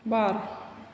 बार